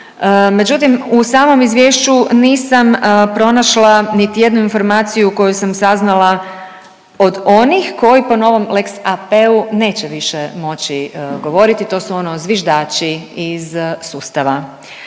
međutim u samom izvješću nisam pronašla niti jednu informaciju koju sam saznala od onih koji po novom lex AP-u neće više moći govoriti, to su oni zviždači iz sustava.